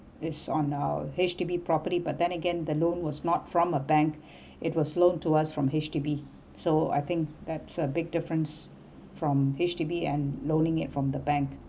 is on our H_D_B property but then again the loan was not from a bank it was loaned to us from H_D_B so I think that's a big difference from H_D_B and loaning it from the bank